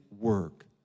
work